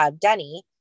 Denny